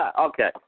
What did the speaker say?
Okay